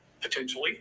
potentially